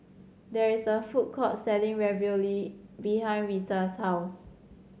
there is a food court selling Ravioli behind Risa's house